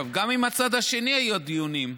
גם עם הצד השני היו דיונים.